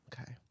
Okay